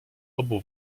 obu